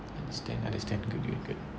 understand understand good good good